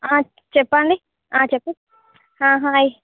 చెప్పండి చెప్పు హాయ్